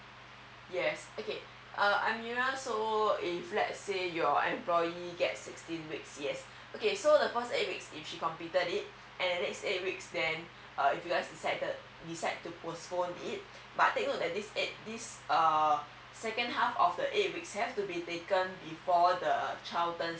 yes okay uh amira so if let's say your employee gets sixteen weeks yes okay so the first eight weeks if she completed it and the next eight weeks then uh if you guys decided decide to postpone it but take note that this eight uh second half of the eight weeks have to be taken before the child turns